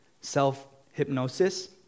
self-hypnosis